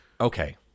okay